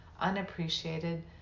unappreciated